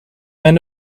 men